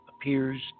appears